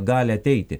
gali ateiti